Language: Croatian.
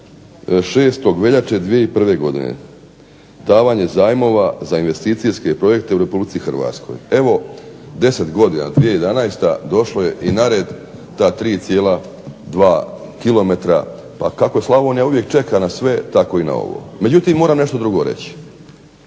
6. veljače 2001. godine, davanje zajmova za investicijske projekte u Republici Hrvatskoj. Evo 10 godina, 2011., došlo je i na red ta 3,2 km, a kako Slavonija uvijek čeka na sve tako i na ovo. Međutim, moram nešto drugo reći.